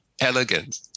elegant